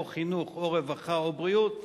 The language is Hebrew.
או חינוך או רווחה או בריאות,